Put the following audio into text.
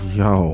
yo